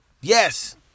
yes